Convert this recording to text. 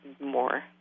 more